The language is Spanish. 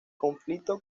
conflicto